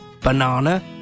banana